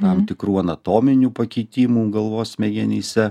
tam tikrų anatominių pakitimų galvos smegenyse